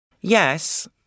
Yes